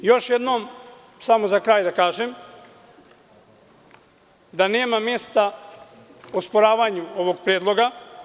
Još jednom za kraj da kažem da nema mesta osporavanju ovog predloga.